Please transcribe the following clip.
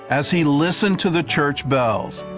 as he listened to the church bells,